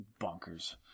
Bonkers